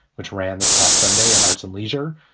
which ran this past sunday in arts and leisure.